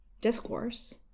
discourse